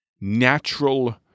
Natural